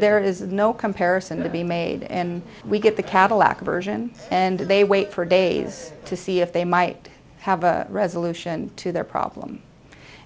there is no comparison to be made and we get the cadillac version and they wait for days to see if they might have a resolution to their problem